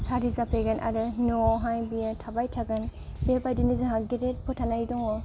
सारि जाफैगोन आरो न'आवहाय बियो थाबाय थागोन बेबायदिनो जोंहा गेदेर फोथायनाय दङ